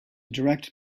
direct